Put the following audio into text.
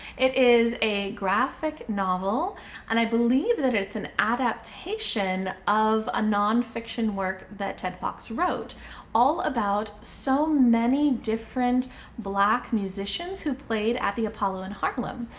it is a graphic novel and i believe that it's an adaptation of a nonfiction work that ted fox wrote all about so many different black musicians who played at the apollo in harlem.